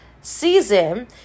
season